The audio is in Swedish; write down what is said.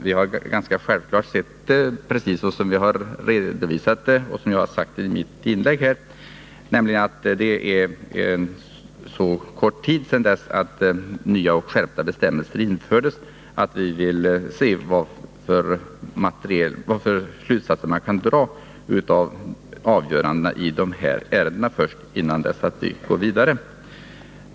Vi har självfallet sett det precis som det är redovisat och som jag har sagt i mitt inlägg här, nämligen att det är så kort tid sedan skärpta bestämmelser infördes att vi vill se vilka slutsatser man kan dra av avgörandena i de ärenden som förekommit innan vi går vidare.